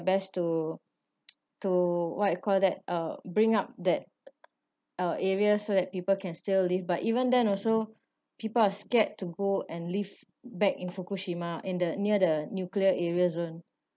best to to what you call that uh bring up that uh area so that people can still live but even then also people are scared to go and live back in fukushima in the near the nuclear areas zone